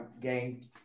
gang